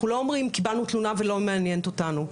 אנחנו לא אומרים 'קיבלנו תלונה והיא לא מעניינת אותנו',